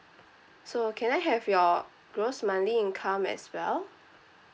so can I have your gross monthly income as well